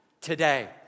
today